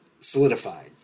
solidified